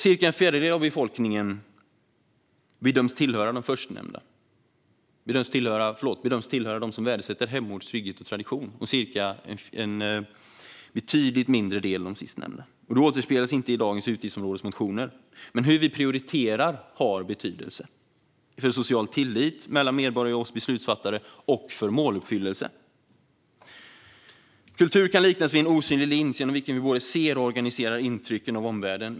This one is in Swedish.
Cirka en fjärdedel av befolkningen bedöms tillhöra de förstnämnda och cirka hälften de sistnämnda. Det återspeglas inte i dagens utgiftsområdesmotioner. Hur vi prioriterar har dock betydelse för social tillit mellan medborgare och oss beslutsfattare och för måluppfyllelse. Kultur kan liknas vid en osynlig lins genom vilken vi både ser och organiserar intrycken av omvärlden.